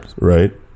right